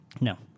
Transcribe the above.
No